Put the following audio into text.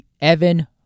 Evan